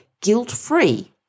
guilt-free